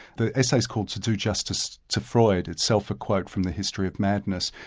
the essay is called to do justice to freud, itself a quote from the history of madness,